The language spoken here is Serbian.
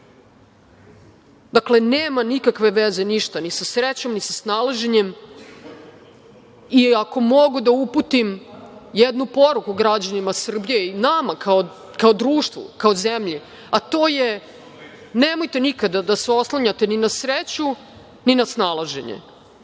godine. Dakle, nema nikakve veze ništa ni sa srećom, ni sa snalaženjem i ako mogu da uputim jednu poruku građanima Srbije i nama kao društvu, kao zemlji, a to je – nemojte nikada da se oslanjate ni na sreću, ni na snalaženje.